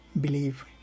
believe